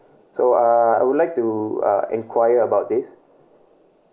so uh I would like to uh enquire about this